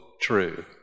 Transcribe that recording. true